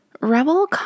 Rebel